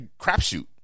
crapshoot